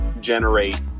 generate